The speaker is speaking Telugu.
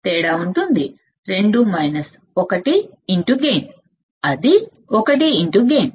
వోల్టేజ్ డిఫరెన్స్ గైన్ ఉంటుంది అది 1 గైన్